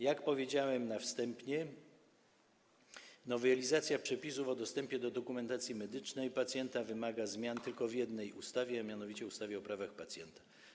Jak powiedziałem na wstępie, nowelizacja przepisów o dostępie do dokumentacji medycznej pacjenta wymaga zmian tylko w jednej ustawie, a mianowicie ustawie o prawach pacjenta.